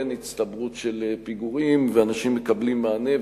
אין הצטברות של פיגורים ואנשים מקבלים מענה.